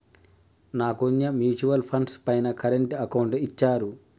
నాకున్న mutual funds పైన current account ఇచ్చారు